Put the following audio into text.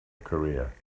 career